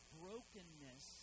brokenness